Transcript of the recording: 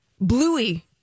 Bluey